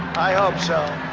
i hope so.